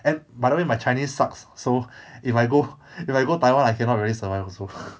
and by the way my chinese sucks so if I go if I go taiwan I cannot really survive also